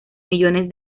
millones